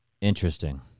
Interesting